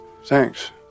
Thanks